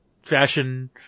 fashion